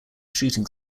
shooting